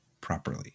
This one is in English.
properly